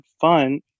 fun